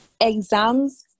exams